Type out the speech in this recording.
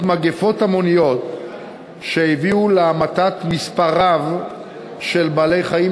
מגפות המוניות שהביאו להמתת מספר רב של בעלי-חיים